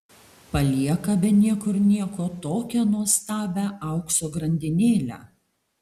palieka be niekur nieko tokią nuostabią aukso grandinėlę